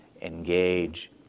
engage